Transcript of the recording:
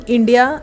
India